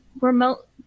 remote